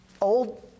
old